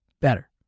better